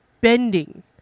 bending